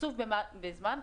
קצוב בזמן,